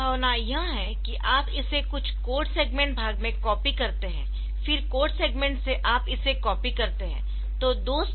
एक संभावना यह है कि आप इसे कुछ कोड सेगमेंट भाग में कॉपी करते है फिर कोड सेगमेंट से आप इसे कॉपी करते है